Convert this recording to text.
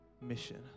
mission